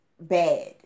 bad